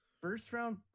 First-round